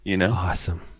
Awesome